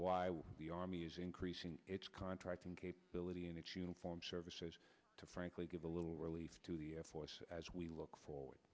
was the army's increasing its contracting capability in its uniformed services to frankly give a little relief to the air force as we look for